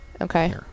Okay